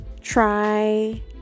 try